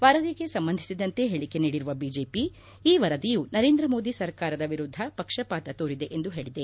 ವರದಿಗೆ ಸಂಬಂಧಿಸಿದಂತೆ ಹೇಳಕೆ ನೀಡಿರುವ ಬಿಜೆಪಿ ಈ ವರದಿಯು ನರೇಂದ್ರ ಮೋದಿ ಸರ್ಕಾರದ ವಿರುದ್ದ ಪಕ್ಷಪಾತ ತೋರಿದೆ ಎಂದು ಹೇಳಿದೆ